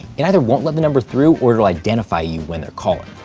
it either won't let the number through, or it'll identify you when they're calling.